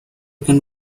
can